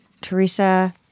Teresa